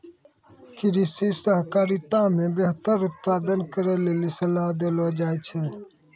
कृषि सहकारिता मे बेहतर उत्पादन करै लेली सलाह देलो जाय छै